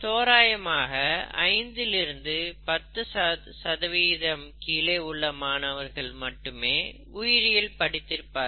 தோராயமாக 5 லிருந்து 10 க்கு கீழே உள்ள மாணவர்கள் மட்டுமே உயிரியல் படித்திருப்பார்கள்